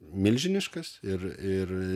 milžiniškas ir ir